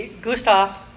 Gustav